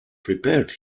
prepared